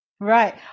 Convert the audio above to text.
Right